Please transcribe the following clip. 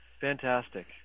Fantastic